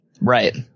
Right